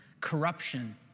corruption